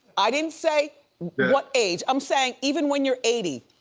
i didn't say what age, i'm saying even when you're eighty,